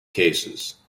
cases